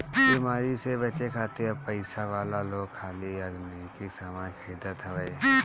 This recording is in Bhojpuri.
बेमारी से बचे खातिर अब पइसा वाला लोग खाली ऑर्गेनिक सामान खरीदत हवे